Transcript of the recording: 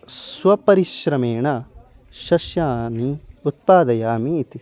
स्वपरिश्रमेण सस्यानि उत्पादयामि इति